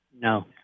No